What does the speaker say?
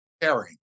caring